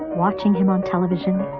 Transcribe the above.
watching him on television,